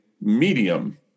medium